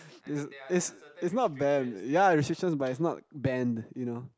is its its not banned yeah restrictions but it's not banned you know